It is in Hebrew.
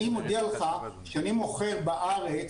אני מודיע לך שאני מוכר בארץ